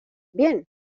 bien